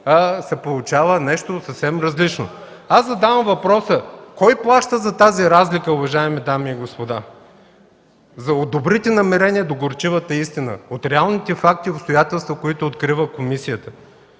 се получава нещо съвсем различно. Аз задавам въпроса: кой плаща за тази разлика, уважаеми дами и господа – от добрите намерения до горчивата истина, до реалните факти и обстоятелства, които открива комисията?